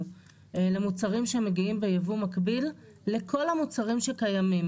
למוצרים שמגיעים ביבוא מקביל לכל המוצרים שקיימים.